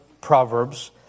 Proverbs